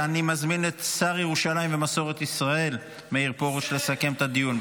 אני מזמין את השר לירושלים ומסורת ישראל מאיר פרוש לסכם את הדיון,